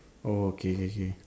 oh okay K K